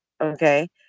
Okay